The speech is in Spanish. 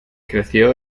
creció